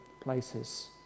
places